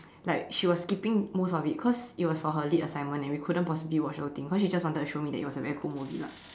like she was skipping most of it cause it was for her lit assignment and we couldn't possibly watch the whole thing cause she just wanted to show me that it was a very cool movie lah